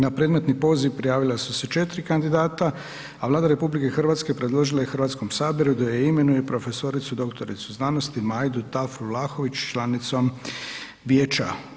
Na predmetni poziv prijavila su se 4 kandidata, a Vlada RH predložila je Hrvatskom saboru da je imenuje prof.dr.sc. Majdu Tafra Vlahović članicom vijeća.